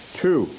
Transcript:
two